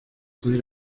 kuri